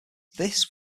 this